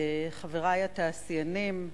חברי התעשיינים,